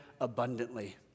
abundantly